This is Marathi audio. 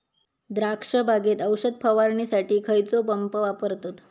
द्राक्ष बागेत औषध फवारणीसाठी खैयचो पंप वापरतत?